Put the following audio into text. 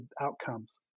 outcomes